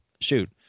shoot